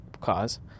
cause